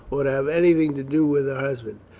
or to have anything to do with her husband.